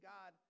God